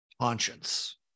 conscience